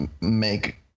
make